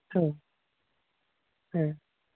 औ